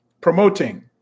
promoting